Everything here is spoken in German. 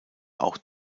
auch